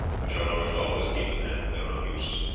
which our lords always keep in hand for their own uses,